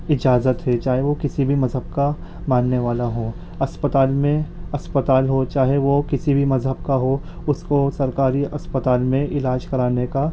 اجازت ہے چاہے وہ کسی بھی مذہب کا ماننے والا ہو اسپتال میں اسپتال ہو چاہے وہ کسی بھی مذہب کا ہو اس کو سرکاری اسپتال میں علاج کرانے کا